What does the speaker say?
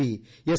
P S